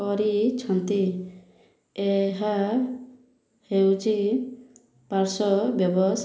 କରିଛନ୍ତି ଏହା ହେଉଛି ପାର୍ଶ୍ୱ